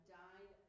died